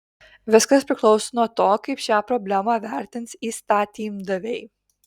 viskas priklauso nuo to kaip šią problemą vertins įstatymdaviai